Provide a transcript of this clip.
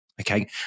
Okay